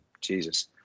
Jesus